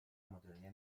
مدرنی